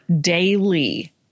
daily